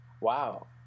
Wow